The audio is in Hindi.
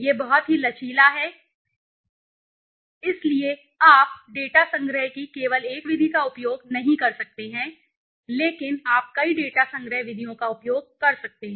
यह बहुत ही लचीला है इसलिए आप डेटा संग्रह की केवल एक विधि का उपयोग नहीं कर सकते हैं लेकिन आप कई डेटा संग्रह विधियों का उपयोग कर सकते हैं